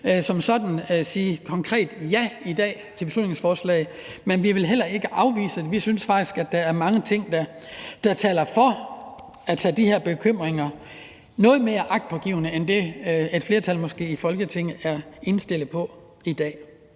som sådan sige konkret ja i dag til beslutningsforslaget, men vi vil heller ikke afvise det, og vi synes faktisk, at der er mange ting, der taler for at tage de her bekymringer noget mere agtpågivende end det, et flertal i Folketinget måske er indstillet på i dag.